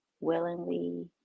willingly